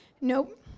Nope